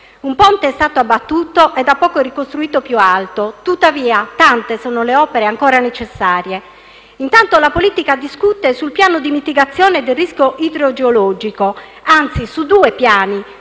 un ponte è stato abbattuto e da poco ricostruito più alto. Tuttavia, tante sono le opere ancora necessarie. Intanto la politica discute sul piano di mitigazione del rischio idrogeologico, anzi su due piani: